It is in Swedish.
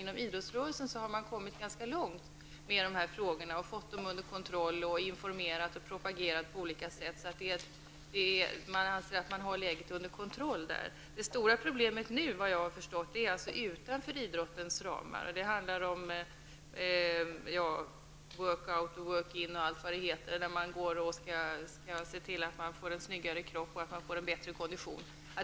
Inom idrottsrörelsen har man kommit ganska långt med de här frågorna, fått dem under kontroll och informerat och propagerat på olika sätt. Inom idrottsrörelsen anser man alltså att man har läget under kontroll. Det stora problemet nu, såvitt jag förstår, ligger utanför idrottens ramar. Det handlar om workout och workin och allt vad det heter, som innebär att människor försöker se till att de får en snyggare kropp och bättre kondition.